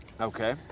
Okay